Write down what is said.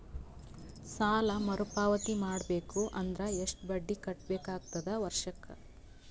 ಸಾಲಾ ಮರು ಪಾವತಿ ಮಾಡಬೇಕು ಅಂದ್ರ ಎಷ್ಟ ಬಡ್ಡಿ ಕಟ್ಟಬೇಕಾಗತದ ವರ್ಷಕ್ಕ?